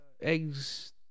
eggs